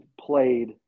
played